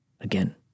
again